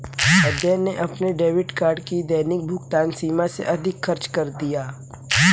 अजय ने अपने debit card की दैनिक भुगतान सीमा से अधिक खर्च कर दिया